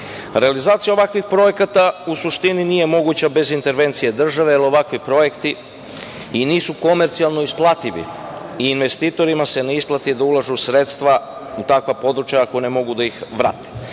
odeljenjima. Realizacija ovakvih projekata u suštini nije moguća bez intervencije države, jer ovakvi projekti i nisu komercijalno isplativi i investitorima se ne isplati da ulažu sredstva u takva područja ako ne mogu da ih vrate.